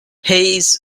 his